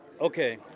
Okay